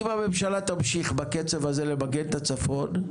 אם הממשלה תמשיך בקצב הזה למגן את הצפון,